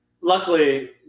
luckily